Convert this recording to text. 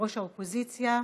יושב-ראש האופוזיציה.